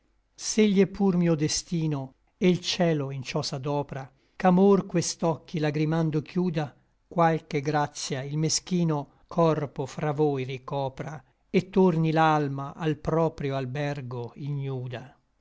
s'egli è pur mio destino e l cielo in ciò s'adopra ch'amor quest'occhi lagrimando chiuda qualche gratia il meschino corpo fra voi ricopra et torni l'alma al proprio albergo ignuda